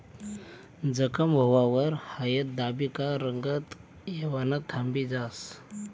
जखम व्हवावर हायद दाबी का रंगत येवानं थांबी जास